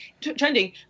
trending